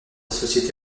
société